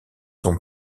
sont